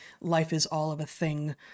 life-is-all-of-a-thing